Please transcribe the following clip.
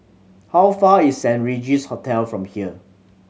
how far is Saint Regis Hotel from here